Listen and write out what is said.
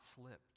slipped